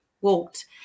walked